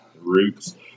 Roots